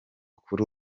kuri